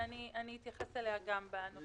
ואני גם אתייחס אליה: